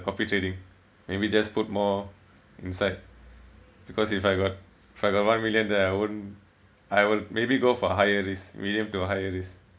copy trading maybe just put more inside because if I got if I got one million there I won't I will maybe go for higher risk medium to higher risk